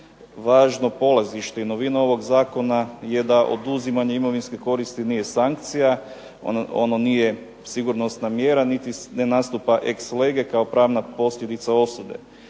Važno polazište i novina ovog Zakona je da oduzimanje imovinske koristi nije sankcija, ono nije sigurnosna mjera niti ne nastupa ex lege kao pravna posljedica osobe.